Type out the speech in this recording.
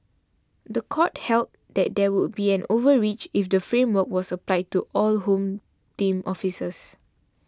the court held that there would be an overreach if the framework was applied to all Home Team officers